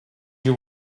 you